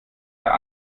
der